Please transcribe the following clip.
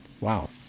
Wow